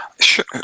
Sure